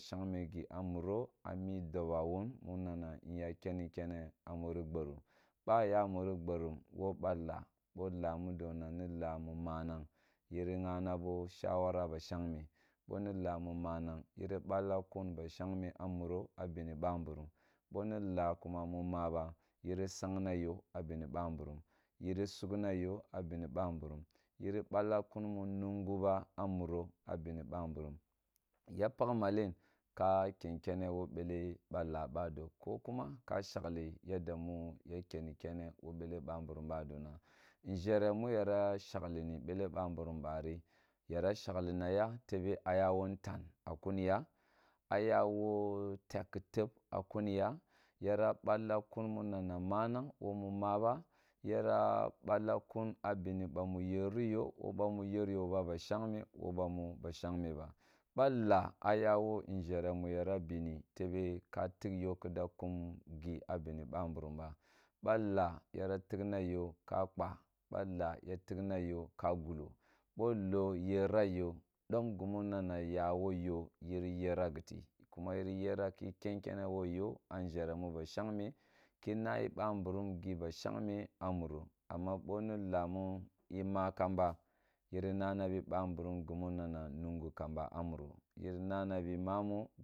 Shang me gi amuro a me doba wuri mu nana nya kenni kene a muri ghorum bwa ya muri ghorum wo ba laa bo laa mudo na ni laa mu manag yuri gha na bo shwara ba shangma yiri gha na bo shwara ba shnagna bo ni laa mu manang yun balla kum ba shagme bone laa kuma mu ma ba yiri sang na yo a bini bamburum yiri balla kun mu nungu ba ba muro a biri ba mburum ya pakh malen ka ken kene wo bele ba laa ba do ki kuma ka shaghe yadda mu ya kenne kenne wo bele bamburu ba dom nʒhere mu yara shagli ni bele ba mburum bari yara shagh na ya tebe a yawo ntan a kum ya a ya wo tekki tob a kuni ya yara balla un muna na nanng wo mu ma ba yara ball kun abini bamu yerri yo wo bamu yeryo ba ab shagme wo bamu ba shagme ba ba a yawo nʒhere mu yara bini tebe ka tigh yo kida kum gi a bimi ba mburum ba laa yara tigh na yo ka kpa balaa yara tigh na yo gulo bo loo yera yo dom dimu na na ya wo yo yiri yera giti kuma yiri ke kin kenna wo yo a nʒhere mi ba shagme a muro amma ba ne laa mu u ma kamba yiri na na bi bamburum gimu na na mungu kaba a muro yim na na bi mamo